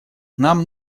нам